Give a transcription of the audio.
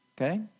okay